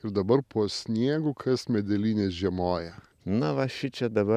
ir dabar po sniegu kas medelyne žiemoja na va šičia dabar